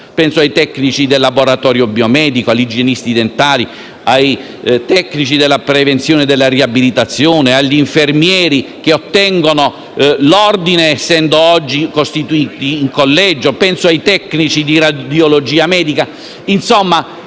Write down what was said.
Penso ai tecnici del laboratorio biomedico, agli igienisti dentali, ai tecnici della prevenzione e della riabilitazione, agli infermieri che oggi ottengono l'ordine, essendo costituiti in collegio; penso ai tecnici di radiologia medica.